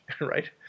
right